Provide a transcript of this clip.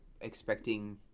expecting